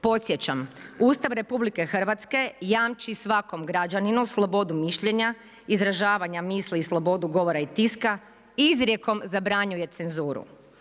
Podsjećam Ustav RH, jamči svakom građaninu slobodu mišljenja, izražavanja misli i slobodu govora i tiska, izrekom zabranjuje cenzuru.